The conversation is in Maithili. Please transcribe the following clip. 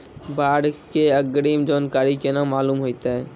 बाढ़ के अग्रिम जानकारी केना मालूम होइतै?